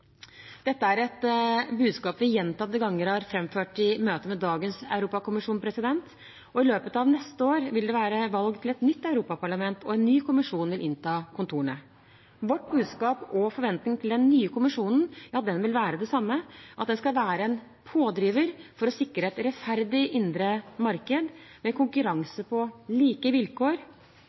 Dette er et budskap vi gjentatte ganger har framført i møter med dagens europakommisjon. I løpet av neste år vil det være valg til et nytt europaparlament, og en ny kommisjon vil innta kontorene. Vårt budskap og vår forventning til den nye kommisjonen vil være det samme, at den skal være en pådriver for å sikre et rettferdig indre marked, med konkurranse på like vilkår